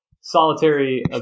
solitary